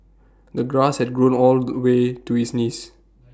the grass had grown all the way to his knees